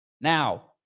Now